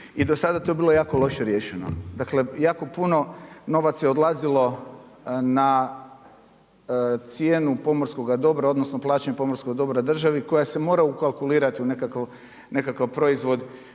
i do sada je to bilo jako loše riješeno, dakle jako puno novaca je odlazilo na cijenu pomorskoga dobra odnosno plaćanja pomorskog dobra državi koja se mora ukalkulirati u nekakav proizvodi